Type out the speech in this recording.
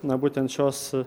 na būtent šios